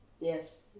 Yes